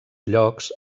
llocs